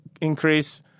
increase